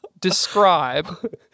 describe